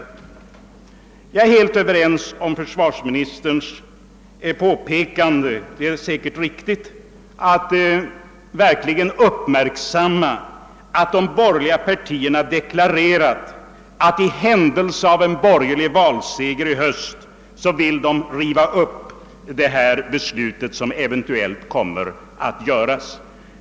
Jag vill understryka försvarsminis terns påpekande — det är säkerligen riktigt och bör verkligen uppmärksammas — att de borgerliga partierna de klarerat att de i händelse av en borgerlig valseger i höst vill riva upp det beslut i försvarsfrågan som eventuellt kommer att fattas.